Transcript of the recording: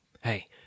Hey